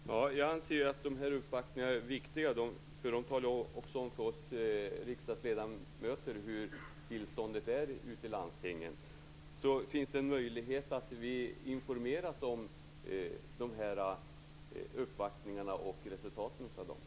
Herr talman! Jag anser att dessa uppvaktningar är viktiga, eftersom vi riksdagsledamöter då får veta hur tillståndet är ute i landstingen. Finns det någon möjlighet att vi kan informeras om dessa uppvaktningar och resultaten av dem?